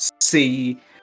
see